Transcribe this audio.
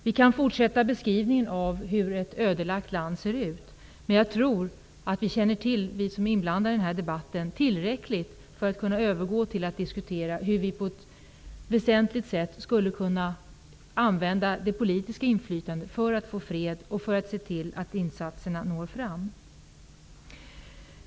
Vi kan fortsätta beskrivningen av hur ett ödelagt land ser ut, men jag tror att vi som är inblandade i den här debatten känner till tillräckligt för att kunna övergå till att diskutera hur vi på ett väsentligt sätt skulle kunna använda det politiska inflytandet för att få fred och för att se till att insatserna når fram.